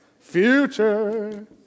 Future